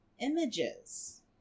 Images